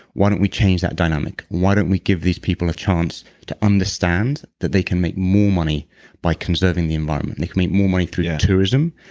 why don't we change that dynamic? why don't we give these people a chance to understand that they can make more money by conserving the environment they can make more money through tourism,